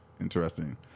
interesting